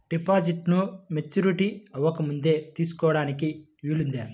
డిపాజిట్ను మెచ్యూరిటీ అవ్వకముందే తీసుకోటానికి వీలుందా?